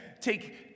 take